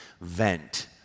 vent